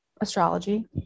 astrology